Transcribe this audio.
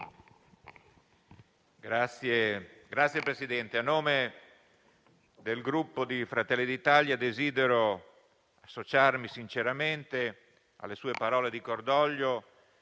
Signor Presidente, a nome del Gruppo Fratelli d'Italia desidero associarmi sinceramente alle sue parole di cordoglio